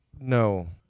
No